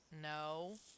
No